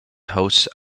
hosts